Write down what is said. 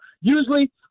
Usually